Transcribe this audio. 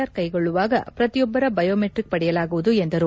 R ಕೈಗೊಳ್ದುವಾಗ ಪ್ರತಿಯೊಬ್ಬರ biometric ಪಡೆಯಲಾಗುವುದು ಎಂದರು